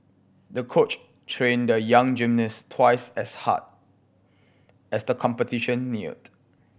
the coach trained the young gymnast twice as hard as the competition neared